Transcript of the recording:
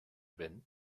been